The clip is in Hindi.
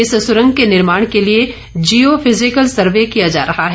इस सुरंग के निर्माण के लिए जियो फिजिकल सर्वे किया जा रहा है